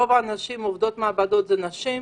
רוב האנשים שעובדים במעבדות זה נשים,